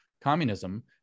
communism